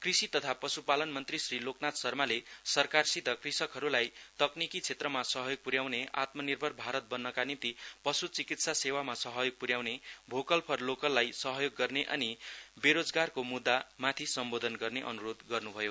कृषि तथा पशुपालन मन्त्री श्री लोकनाथ शर्माले सरकारसित कृषकहरुलाई तक्रीकी क्षेत्रमा सहयोग पुर्याउनेआत्मानिर्भर भारत बन्नका निम्ति पशु चिकित्सा सेवामा सहयोग पुत्याउनेभोकल फर लोकललाई सहयोग गर्ने अनि बेरोजगारको मुध्दामाथि सम्बोधन गर्ने अनुरोध गर्नु भयो